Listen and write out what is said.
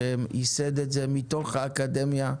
שייסד את זה מתוך האקדמיה,